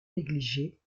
négliger